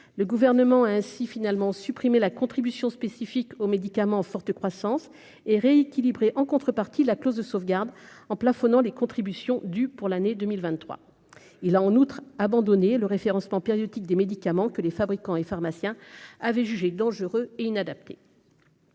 le gouvernement a ainsi finalement supprimer la contribution spécifique aux médicaments en forte croissance et rééquilibrer en contrepartie la clause de sauvegarde en plafonnant les contributions du pour l'année 2023, il a en outre abandonné le référencement périodique des médicaments que les fabricants et pharmaciens avaient jugé dangereux et inadapté.